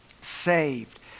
saved